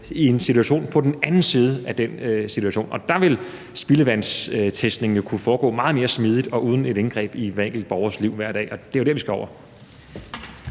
Vi skal over på den anden side af den situation, og der vil spildevandstestning jo kunne foregå meget mere smidigt og uden et indgreb i hver enkelt borgers liv hver dag, og det jo der, vi skal over.